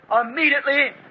immediately